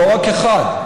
לא רק אחד,